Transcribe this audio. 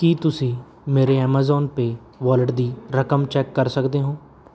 ਕੀ ਤੁਸੀਂਂ ਮੇਰੇ Amazon Pay wallet ਦੀ ਰਕਮ ਚੈੱਕ ਕਰ ਸਕਦੇ ਹੋ